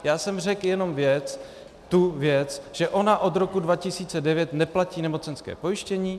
Já jsem řekl jenom tu věc, že ona od roku 2009 neplatí nemocenské pojištění.